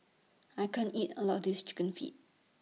I can't eat All of This Chicken Feet